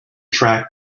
track